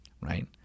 right